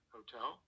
Hotel